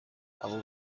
abo